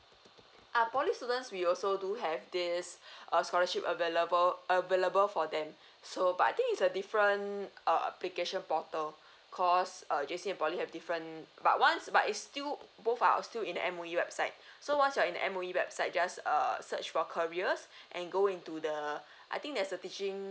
ah we also do have this a scholarship available available for them so but I think it's a different err application portal because J_C and poly have different but once but it's still both are still in M_O_E website so once you're in M_O_E website just err search for careers and go into the I think there's a teaching